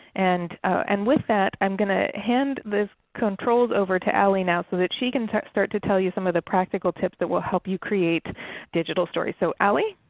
and and with that i'm going to hand the controls over to ale ale now, so that she can start start to tell you some of the practical tips that will help you create digital stories. so ale?